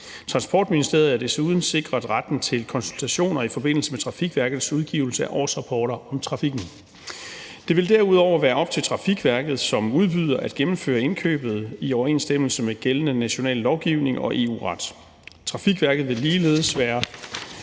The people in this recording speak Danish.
Transportministeriet er desuden sikret retten til konsultationer i forbindelse med Trafikverkets udgivelse af årsrapporter om trafikken. Det vil derudover være op til Trafikverket som udbyder at gennemføre indkøbet i overensstemmelse med gældende national lovgivning og EU-ret. Trafikverket vil ligeledes være